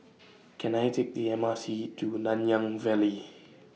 Can I Take The M R T to Nanyang Valley